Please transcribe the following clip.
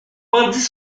bandits